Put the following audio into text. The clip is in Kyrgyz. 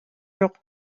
жок